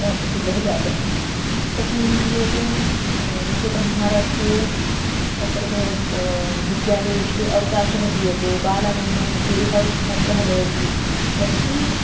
प्रसिद्धः जातः तस्मिन् दिने तु वस्तुतः महाराष्ट्रे अत्र भव विद्यालयेषु अवकाशः दीयते बालानां मनसि हौ हर्षः भवति प्रति